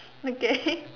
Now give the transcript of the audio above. okay